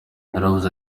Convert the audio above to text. yaravuze